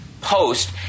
post